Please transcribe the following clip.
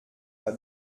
pas